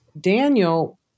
Daniel